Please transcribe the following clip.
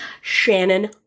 Shannon